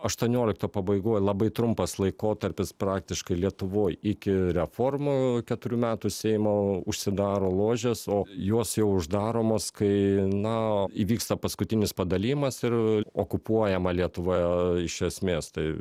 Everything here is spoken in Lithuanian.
aštuoniolikto pabaigoj labai trumpas laikotarpis praktiškai lietuvoj iki reformų keturių metų seimo užsidaro ložės o jos jau uždaromos kai na įvyksta paskutinis padalijimas ir okupuojama lietuva iš esmės tai